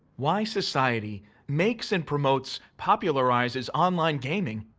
why society makes and promotes, popularizes online gaming,